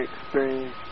experience